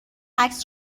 عکس